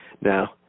Now